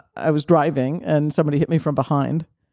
i was driving and somebody hit me from behind.